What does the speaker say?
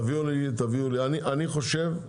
אני חושב,